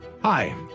hi